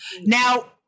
Now